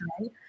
right